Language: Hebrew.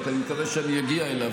רק אני מקווה שאני אגיע אליו,